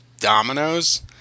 dominoes